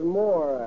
more